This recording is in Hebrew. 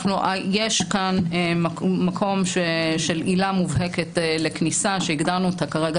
יש כאן מקום של עילה מובהקת לכניסה שהגדרנו אותה כרגע